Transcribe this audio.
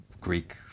Greek